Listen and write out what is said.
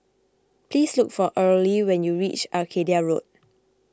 please look for Earlie when you reach Arcadia Road